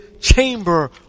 chamber